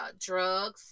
drugs